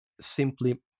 simply